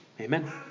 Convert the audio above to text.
Amen